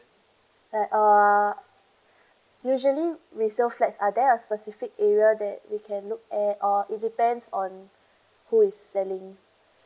like uh usually resale flats are there a specific area that we can look at or it depends on who is selling